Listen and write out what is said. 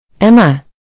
Emma